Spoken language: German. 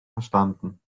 verstanden